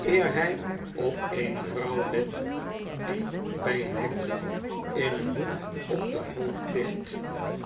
eer hij op eene vrouw let die bij een hekje in een hoek op den grond ligt